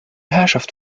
herrschaft